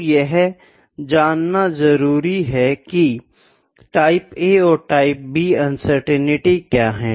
तो यह जानना बहुत जरुरी है की टाइप A और टाइप B अनसर्टेनिटी क्या है